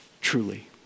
truly